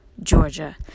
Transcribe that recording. georgia